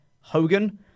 Hogan